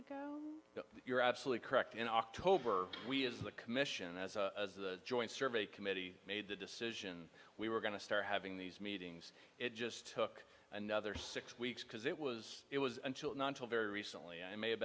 see you're absolutely correct in october we as a commission as a joint survey committee made the decision we were going to start having these meetings it just took another six weeks because it was it was until now until very recently i may have